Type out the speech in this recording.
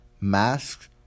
masks